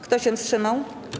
Kto się wstrzymał?